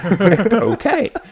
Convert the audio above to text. okay